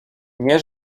nie